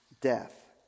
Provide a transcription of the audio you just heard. death